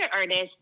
artist